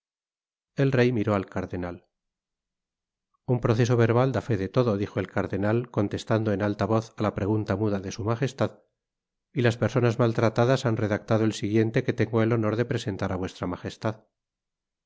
el rey miró al cardenal un proceso verbal da fe de todo dijo el cardenal contestando en alta voz á ia pregunta muda de s m y las personas maltratadas han redactado el siguiente que tengo el honor de presentar á vuestra magestad